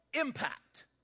impact